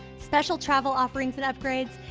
special travel offerings and upgrades,